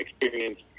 experience